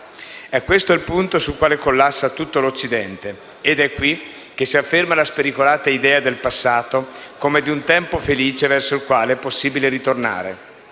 È questo il punto sul quale collassa tutto l'Occidente ed è qui che si afferma la spericolata idea del passato come di un tempo felice verso il quale è possibile ritornare.